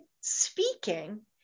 speaking